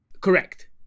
Correct